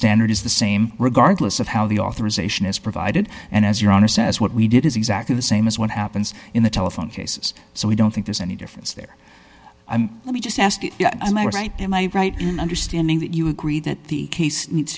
standard is the same regardless of how the authorization is provided and as your honor says what we did is exactly the same as what happens in the telephone cases so we don't think there's any difference there and let me just ask my right to my understanding that you agree that the case needs